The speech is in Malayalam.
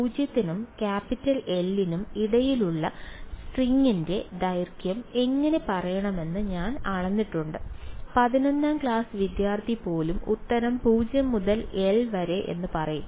0 നും L നും ഇടയിലുള്ള സ്ട്രിംഗിന്റെ ദൈർഘ്യം എങ്ങനെ പറയണമെന്ന് ഞാൻ അളന്നിട്ടുണ്ട് പതിനൊന്നാം ക്ലാസ് വിദ്യാർത്ഥി പോലും ഉത്തരം 0 മുതൽ L വരെ എന്ന് പറയും